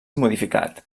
modificat